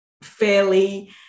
fairly